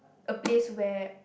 a place where